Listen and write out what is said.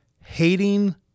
hating